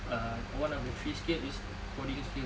uh one of the three skill is coding skills